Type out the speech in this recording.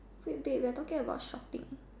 wait bit we're talking about shopping